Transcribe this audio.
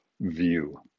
view